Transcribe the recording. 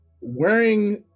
wearing